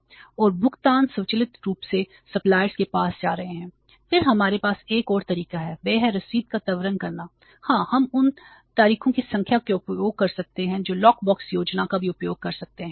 और भुगतान स्वचालित रूप से सप्लायर्स के पास जा रहे हैं फिर हमारे पास एक और तरीका है व है रसीद का त्वरण करना हाँ हम उन तरीकों की संख्या का उपयोग कर सकते हैं जो लॉक बॉक्स योजना का भी उपयोग कर सकते हैं